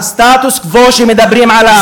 הסטטוס-קוו שמדברים עליו,